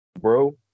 Bro